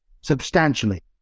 substantially